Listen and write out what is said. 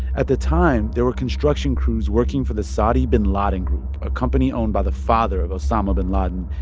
at the time, there were construction crews working for the saudi binladin group, a company owned by the father of osama bin laden,